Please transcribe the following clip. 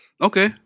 Okay